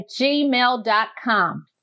gmail.com